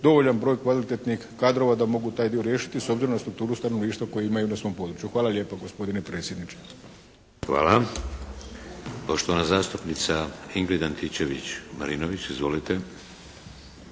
dovoljan broj kvalitetnih kadrova da mogu taj dio riješiti, s obzirom da su strukturu stanovništva koje imaju na svom području Hvala lijepa gospodine predsjedniče. **Šeks, Vladimir (HDZ)** Hvala. Poštovana zastupnica Ingrid Antičević Marinović. Izvolite!